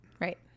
Right